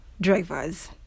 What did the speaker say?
drivers